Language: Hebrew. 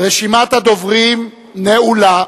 רשימת הדוברים נעולה.